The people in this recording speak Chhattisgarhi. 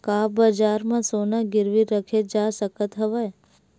का बजार म सोना गिरवी रखे जा सकत हवय?